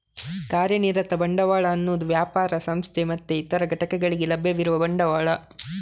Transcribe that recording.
ಕಾರ್ಯನಿರತ ಬಂಡವಾಳ ಅನ್ನುದು ವ್ಯಾಪಾರ, ಸಂಸ್ಥೆ ಮತ್ತೆ ಇತರ ಘಟಕಗಳಿಗೆ ಲಭ್ಯವಿರುವ ಬಂಡವಾಳ